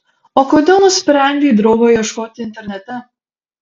o kodėl nusprendei draugo ieškoti internete